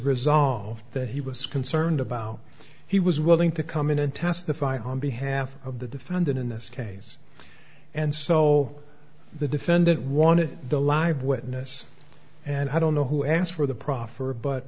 resolved that he was concerned about he was willing to come in and testify on behalf of the defendant in this case and so the defendant wanted the live witness and i don't know who asked for the proffer but